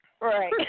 Right